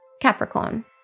Capricorn